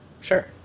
Sure